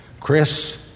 Chris